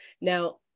now